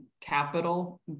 capital